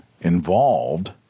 involved